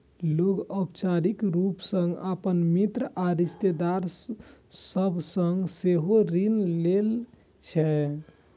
लोग अनौपचारिक रूप सं अपन मित्र या रिश्तेदार सभ सं सेहो ऋण लै छै